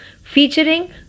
featuring